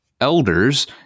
elders